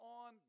on